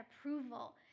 approval